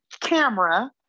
camera